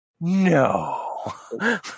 No